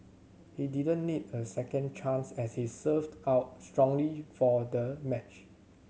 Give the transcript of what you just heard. he didn't need a second chance as he served out strongly for the match